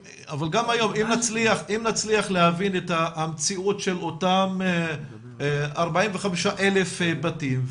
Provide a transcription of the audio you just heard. אם נצליח להבין את המציאות של אותם 45,000 בתים,